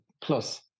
plus